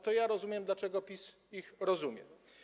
To ja rozumiem, dlaczego PiS ich rozumie.